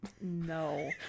no